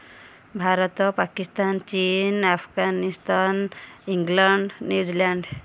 ଭାରତ ପାକିସ୍ତାନ ଚୀନ୍ Afghanistan England New Zealand